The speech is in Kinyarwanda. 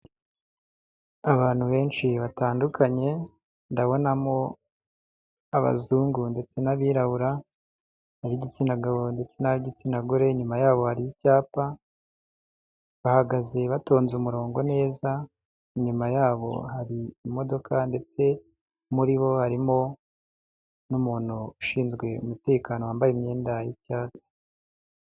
Abantu benshi batandukanye ndabonamo abazungu ndetse n'abirabura ab'igitsina gabo ndetse n'ab'igitsina gore, inyuma yaho hari icyapa bahagaze batonze umurongo neza, inyuma yabo hari imodoka ndetse muri bo harimo n'umuntu ushinzwe umutekano wambaye imyenda y'icyatsi.